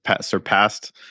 surpassed